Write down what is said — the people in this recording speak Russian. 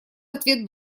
ответ